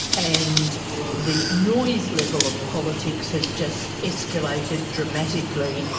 and the noise level of politics has just escalated dramatically.